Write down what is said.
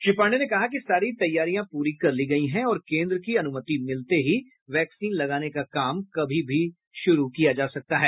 श्री पांडेय ने कहा कि सारी तैयारियां पूरी कर ली गई हैं और केन्द्र की अनुमति मिलते ही वैक्सीन लगाने का काम कभी भी शुरू किया जा सकता है